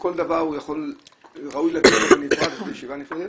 שכל דבר הוא ראוי לישיבה נפרדת,